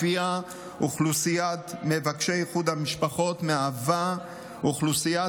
שלפיהן אוכלוסיית מבקשי איחוד המשפחות מהווה אוכלוסיית